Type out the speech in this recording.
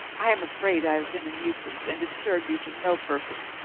i am afraid i have been a nuisance, and disturbed you to no purpose.